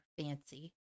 fancy